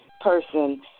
person